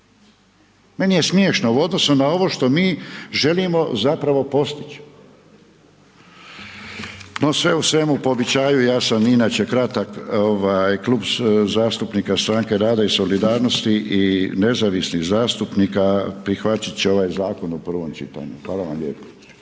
Meni je smiješno u odnosu što mi želimo zapravo postići. No sve u svemu, po običaju ja sam inače kratak Klub zastupnika Stranke rada i solidarnosti i nezavisnih zastupnika prihvatit će ovaj zakon u prvom čitanju. Hvala vam lijepo.